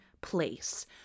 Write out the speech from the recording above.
place